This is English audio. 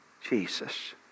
Jesus